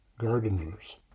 gardeners